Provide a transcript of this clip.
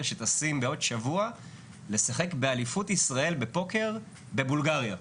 שטסים בעוד שבוע לשחק באליפות ישראל בפוקר בבולגריה.